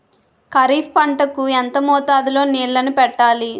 ఖరిఫ్ పంట కు ఎంత మోతాదులో నీళ్ళని పెట్టాలి?